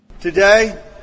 Today